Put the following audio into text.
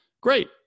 Great